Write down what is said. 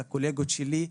לקולגות שלי.